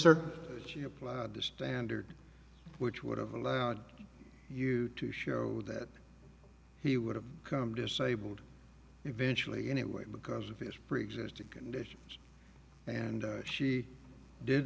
or she applied to standard which would have allowed you to show that he would have become disabled eventually anyway because of his preexisting conditions and she did